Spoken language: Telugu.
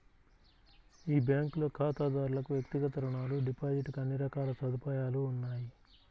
ఈ బ్యాంకులో ఖాతాదారులకు వ్యక్తిగత రుణాలు, డిపాజిట్ కు అన్ని రకాల సదుపాయాలు ఉన్నాయి